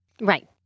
Right